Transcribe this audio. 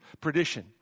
perdition